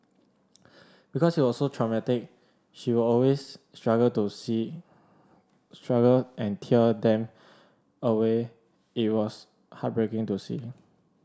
because it was so traumatic she would always struggle to say struggle and tear them away it was heartbreaking to see